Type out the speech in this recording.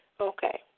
Okay